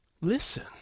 listen